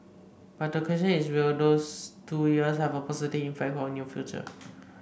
but the question is will these two years have a positive impact on your future